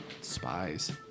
spies